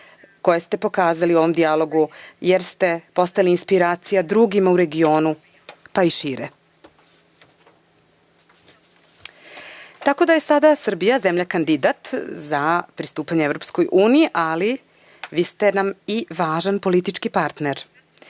koje ste pokazali u ovom dijalogu, jer ste postali inspiracija drugima u regionu, pa i šire. Srbija je sada zemlja kandidat za pristupanje EU, ali vi ste nam i važan politički partner.